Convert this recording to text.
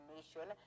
Nation